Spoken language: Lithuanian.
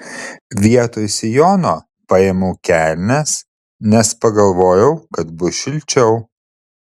vietoj sijono paėmiau kelnes nes pagalvojau kad bus šilčiau